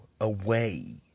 away